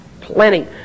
plenty